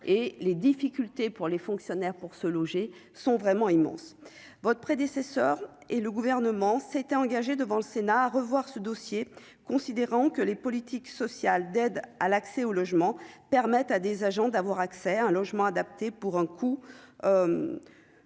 les difficultés pour les fonctionnaires, pour se loger sont vraiment immense votre prédécesseur et le gouvernement s'était engagé devant le Sénat à revoir ce dossier, considérant que les politiques sociales, d'aide à l'accès au logement, permettent à des agents d'avoir accès à un logement adapté pour un coût